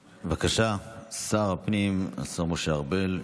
בבקשה, שר הפנים, השר משה ארבל.